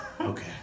Okay